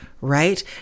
right